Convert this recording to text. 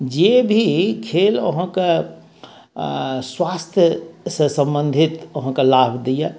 जे भी खेल अहाँकेँ स्वास्थ्य से सम्बंधित अहाँकेँ लाभ दैया